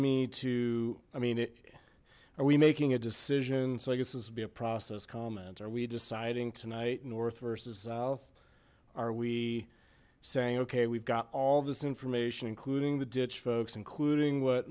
me to i mean are we making a decision so i guess this would be a process comment are we deciding tonight north versus south are we saying okay we've got all this information including the ditch folks including what